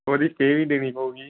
ਉਹਦੀ ਪੇ ਵੀ ਦੇਣੀ ਪਊਗੀ